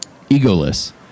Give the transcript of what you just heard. egoless